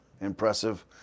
impressive